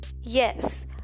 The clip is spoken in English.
yes